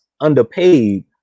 underpaid